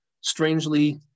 strangely